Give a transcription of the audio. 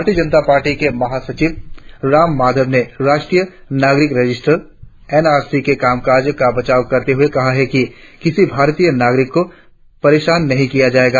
भारतीय जनता पार्टी के महासचिव राम माधव ने राष्ट्रीय नागरिक रजिस्टर एन आर सी के कामकाज का बचाव करते हुए कहा है कि किसी भारतीय नागरिक को परेशान नही किया जाएगा